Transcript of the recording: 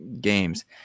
games